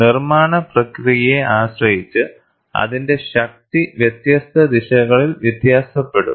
നിർമ്മാണ പ്രക്രിയയെ ആശ്രയിച്ച് അതിന്റെ ശക്തി വ്യത്യസ്ത ദിശകളിൽ വ്യത്യാസപ്പെടും